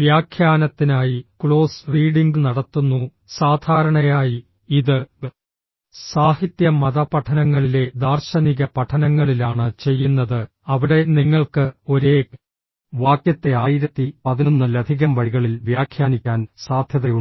വ്യാഖ്യാനത്തിനായി close reading നടത്തുന്നു സാധാരണയായി ഇത് സാഹിത്യ മതപഠനങ്ങളിലെ ദാർശനിക പഠനങ്ങളിലാണ് ചെയ്യുന്നത് അവിടെ നിങ്ങൾക്ക് ഒരേ വാക്യത്തെ 1011 ലധികം വഴികളിൽ വ്യാഖ്യാനിക്കാൻ സാധ്യതയുണ്ട്